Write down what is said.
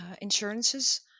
insurances